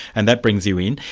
and that brings you in,